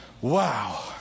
Wow